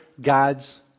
God's